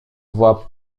voit